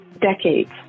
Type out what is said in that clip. decades